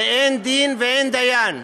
ואין דין ואין דיין.